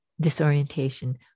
disorientation